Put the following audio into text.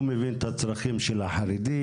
הוא מבין את הצרכים של החרדים,